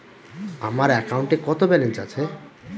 আমার অ্যাকাউন্টে কত ব্যালেন্স আছে?